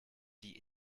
die